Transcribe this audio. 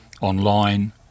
online